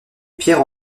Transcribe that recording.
pierres